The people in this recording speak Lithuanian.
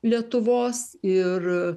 lietuvos ir